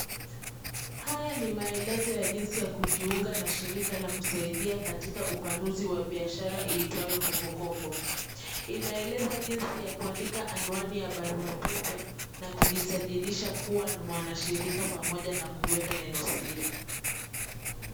Haya ni maelezo ya jinsi ya kujiunga na shirika la kusaidia katika upanuzi wa biashara iitwayo kopokopo. Inaeleza jinsi ya kuandika anwani ya barua pepe na kujisajilisha kuwa mwanashirika pamoja na kuweka neno siri.